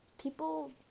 People